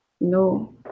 No